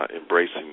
embracing